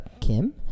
Kim